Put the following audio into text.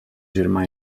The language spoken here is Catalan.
germà